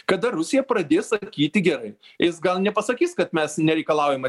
kada rusija pradės sakyti gerai jis gal nepasakys kad mes nereikalaujam